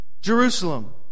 Jerusalem